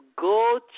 go